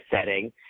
setting